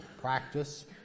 practice